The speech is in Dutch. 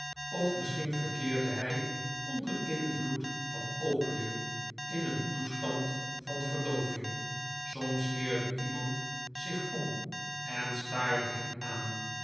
of misschien verkeerde hij onder invloed van opium in een toestand van verdooving soms keerde iemand zich om en staarde hem aan